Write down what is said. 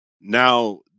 now